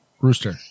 Rooster